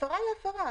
הפרה היא הפרה,